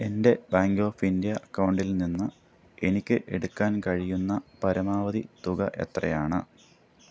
എൻ്റെ Bank of India അക്കൗണ്ടിൽ നിന്ന് എനിക്ക് എടുക്കാൻ കഴിയുന്ന പരമാവധി തുക എത്രയാണ്